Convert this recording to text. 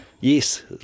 Yes